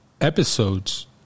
episodes